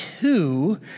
two